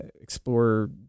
explore